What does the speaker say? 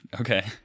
okay